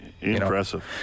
Impressive